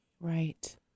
Right